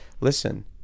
listen